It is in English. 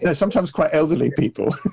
and sometimes quite elderly people.